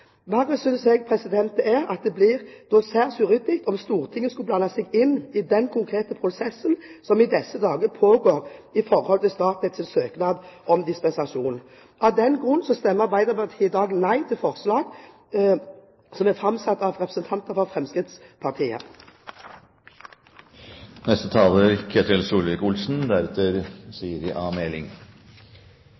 det er at det ville bli særs uryddig om Stortinget skulle blande seg inn i den konkrete prosessen som i disse dager pågår i forbindelse med Statnetts søknad om dispensasjon. Av den grunn stemmer Arbeiderpartiet i dag nei til forslaget som er framsatt av representantene fra